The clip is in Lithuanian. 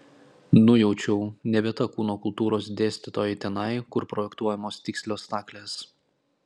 nujaučiau ne vieta kūno kultūros dėstytojai tenai kur projektuojamos tikslios staklės